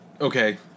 okay